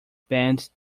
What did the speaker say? band